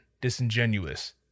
disingenuous